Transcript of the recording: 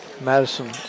Madison